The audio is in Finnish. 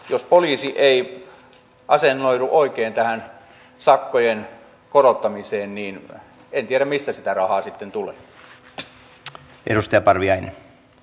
ja jos poliisi ei asennoidu oikein tähän sakkojen korottamiseen niin en tiedä mistä sitä rahaa sitten tulee